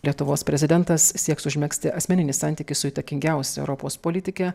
lietuvos prezidentas sieks užmegzti asmeninį santykį su įtakingiausia europos politike